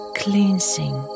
cleansing